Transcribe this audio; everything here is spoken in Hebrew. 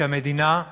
שהמדינה,